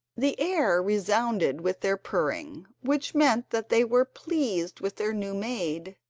the air resounded with their purring, which meant that they were pleased with their new maid,